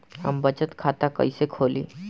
हम बचत खाता कइसे खोलीं?